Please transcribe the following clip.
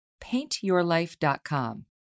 paintyourlife.com